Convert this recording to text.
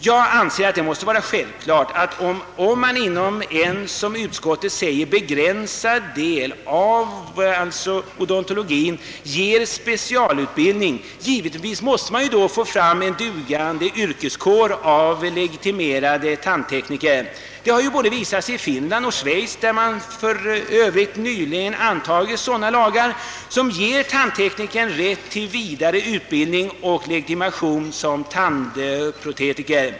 Jag anser att det måste vara självklart att om man inom en som utskottet säger begränsad del av odontologin ger specialutbildning, måste man också få fram en dugande yrkeskår av legitimerade tandprotetiker. Det har visat sig både i Finland och i Schweiz där man nyligen antagit sådana lagar som ger tandteknikern rätt till vidareutbildning och legitimation som tandprotetiker.